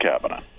cabinet